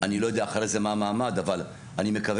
אני לא יודע אחרי זה מה המעמד אבל אני מקווה